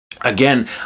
Again